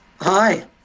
Hi